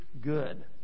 good